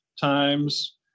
times